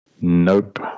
nope